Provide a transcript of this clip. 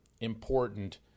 important